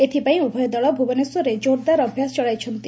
ଏଥପାଇଁ ଉଭୟ ଦଳ ଭୁବନେଶ୍ୱରରେ ଜୋରଦାର ଅଭ୍ୟାସ ଚଳାଇଛନ୍ତି